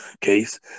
case